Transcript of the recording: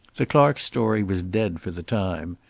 the clark story was dead for the time.